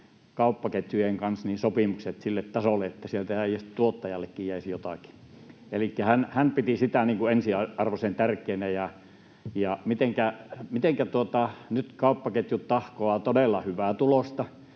kauppaketjujen kanssa sopimukset sille tasolle, että sieltä tuottajallekin jäisi jotakin. Elikkä hän piti sitä ensiarvoisen tärkeänä. Nyt kauppaketjut tahkoavat todella hyvää tulosta,